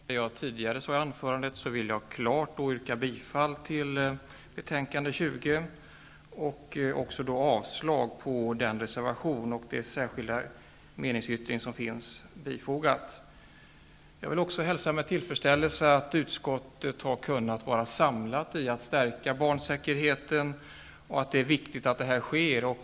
För att understryka det jag tidigare sade i mitt anförande vill jag klart yrka bifall till utskottets hemställan i betänkande nr 20 och avslag på den reservation och den särskilda meningsyttring som finns bifogade. Jag hälsar med tillfredsställelse att utskottet har kunnat samlas när det gäller frågan att stärka barns säkerhet. Det är viktigt att detta sker.